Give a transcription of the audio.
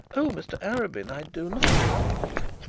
oh! mr arabin, i do not condemn you